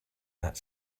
that